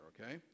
okay